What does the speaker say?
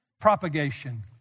propagation